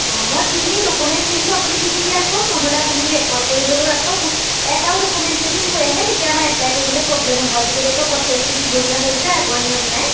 অ' মই যিখিনি ডকুমেণ্টছ দিছোঁ আপুনি লিখি ৰাখক নহ'লে আপুনি ৰেকৰ্ড কৰি হ'লেও ৰাখক এটাও ডকুমেণ্টছ যদি থৈ আহে তেতিয়া আমাৰ এপ্লাই কৰিবলৈ প্ৰব্লেম হ'ব আজিকালি আকৌ প্ৰচেছটো দীঘলীয়া হ'ল যে আগৰ নিয়ম নাই